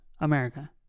America